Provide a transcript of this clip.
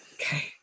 Okay